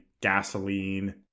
gasoline